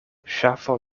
ŝafo